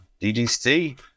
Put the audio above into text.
DGC